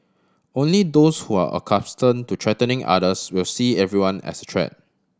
only those who are accustom to threatening others will see everyone as threat